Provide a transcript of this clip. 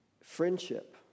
Friendship